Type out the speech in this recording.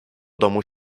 domu